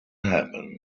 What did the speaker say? happen